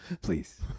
Please